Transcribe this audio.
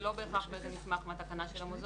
זה לא בהכרח נסמך מהתקנה של המוזיאונים.